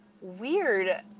weird